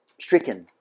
stricken